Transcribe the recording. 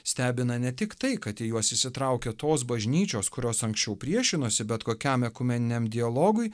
stebina ne tik tai kad į juos įsitraukia tos bažnyčios kurios anksčiau priešinosi bet kokiam ekumeniniam dialogui